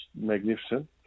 magnificent